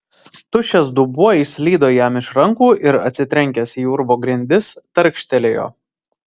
tuščias dubuo išslydo jam iš rankų ir atsitrenkęs į urvo grindis tarkštelėjo